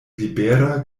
libera